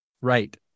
right